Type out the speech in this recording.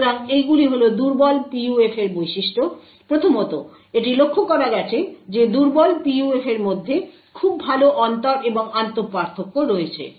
সুতরাং এইগুলি হল দুর্বল PUF এর বৈশিষ্ট্য প্রথমত এটা লক্ষ্য করা গেছে যে দুর্বল PUF এর মধ্যে খুব ভাল অন্তর এবং আন্তঃ পার্থক্য রয়েছে